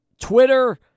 Twitter